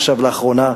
עכשיו, לאחרונה,